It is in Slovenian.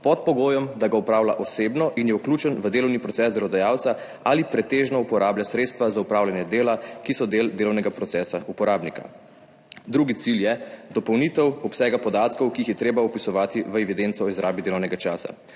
pod pogojem, da ga opravlja osebno in je vključen v delovni proces delodajalca ali pretežno uporablja sredstva za opravljanje dela, ki so del delovnega procesa uporabnika. Drugi cilj je dopolnitev obsega podatkov, ki jih je treba vpisovati v evidenco o izrabi delovnega časa.